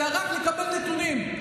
אלא רק לקבל נתונים,